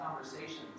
conversations